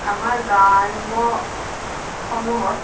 আমাৰ গ্ৰাম্য সমূহত